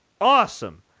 awesome